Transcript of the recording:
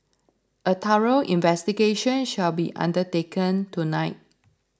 a thorough investigation shall be undertaken tonight